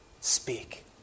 speak